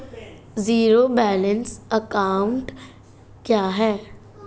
Zero balance account क्या है?